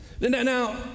now